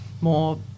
more